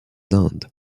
inde